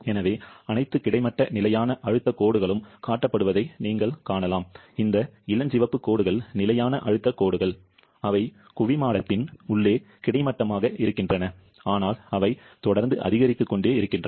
எனவே அனைத்து கிடைமட்ட நிலையான அழுத்தக் கோடுகளும் காட்டப்படுவதை நீங்கள் காணலாம் இந்த இளஞ்சிவப்பு கோடுகள் நிலையான அழுத்தக் கோடுகள் அவை குவிமாடத்தின் உள்ளே கிடைமட்டமாக இருக்கின்றன ஆனால் அவை தொடர்ந்து அதிகரித்துக்கொண்டே இருக்கின்றன